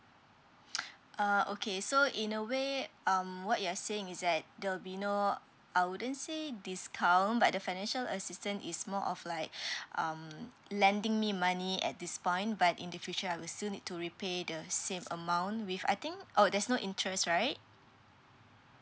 uh okay so in a way um what you're saying is that the winner I wouldn't say discount but the financial assistance is more of like um lending me money at this point but in the future I will still need to repay the same amount with I think oh there's no interest right